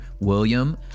William